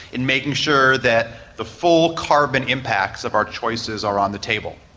in making sure that the full carbon impacts of our choices are on the table.